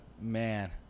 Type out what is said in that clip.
Man